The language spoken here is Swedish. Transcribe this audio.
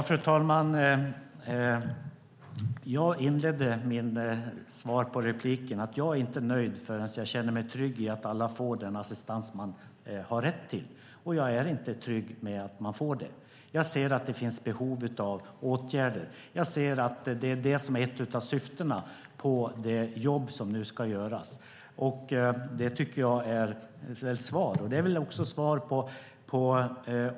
Fru talman! Jag inledde mitt svar på repliken med att säga att jag inte är nöjd förrän jag känner mig trygg i att alla får den assistans de har rätt till. Jag är inte trygg med att de får det. Jag ser att det finns behov av åtgärder. Jag ser att det är ett av syftena med det jobb som nu ska göras, och det tycker jag är ett svar.